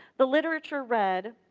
the literature read